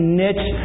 niche